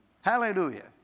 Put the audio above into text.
Hallelujah